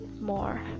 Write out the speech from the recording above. more